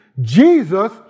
Jesus